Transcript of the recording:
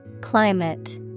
Climate